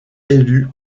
élu